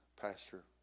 Pastor